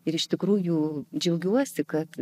ir iš tikrųjų džiaugiuosi kad